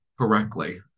correctly